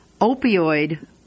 opioid